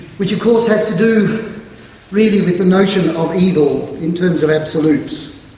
which of course has to do really with the notion of evil in terms of absolutes.